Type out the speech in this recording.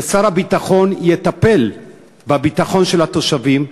ששר הביטחון יטפל בביטחון של התושבים,